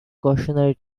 cautionary